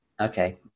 okay